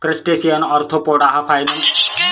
crustacean arthropoda हा फायलमचा एक जीव आहे